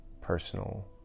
personal